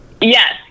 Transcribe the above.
Yes